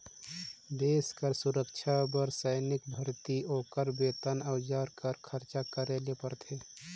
देस कर सुरक्छा बर सैनिक भरती, ओकर बेतन, अउजार कर खरचा करे ले परथे